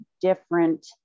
different